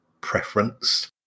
preference